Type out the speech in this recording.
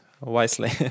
wisely